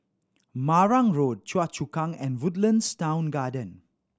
Marang Road Choa Chu Kang and Woodlands Town Garden